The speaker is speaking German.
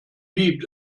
liebt